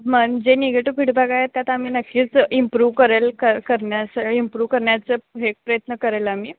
म्हणजे negative feedback आहेत त्यात आम्ही नक्कीच इम्प्रूव करेल क करण्यास इम्प्रूव करण्याचं हे प्रयत्न करेल आम्ही